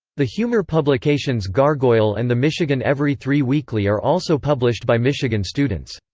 the humor publications gargoyle and the michigan every three weekly are also published by michigan students.